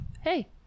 Hey